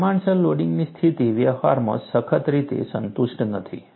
પ્રમાણસર લોડિંગની સ્થિતિ વ્યવહારમાં સખત રીતે સંતુષ્ટ નથી